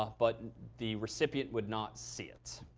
ah but the recipient would not see it.